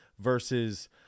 versus